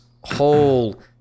whole